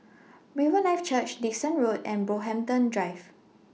Riverlife Church Dickson Road and Brockhampton Drive